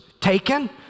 taken